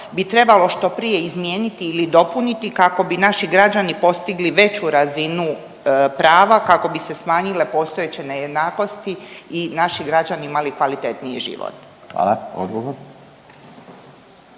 bi trebalo što prije izmijeniti ili dopuniti kako bi naši građani postigli veću razinu prava kako bi se smanjile postojeće nejednakosti i naši građani imali kvalitetniji život. **Radin,